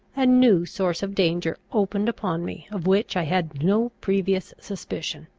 a new source of danger opened upon me of which i had no previous suspicion.